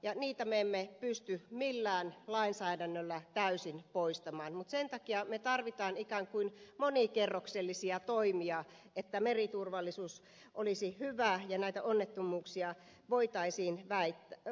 ja niitä me emme pysty millään lainsäädännöllä täysin poistamaan mutta sen takia me tarvitsemme ikään kuin monikerroksellisia toimia jotta meriturvallisuus olisi hyvä ja näitä onnettomuuksia voitaisiin välttää